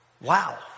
Wow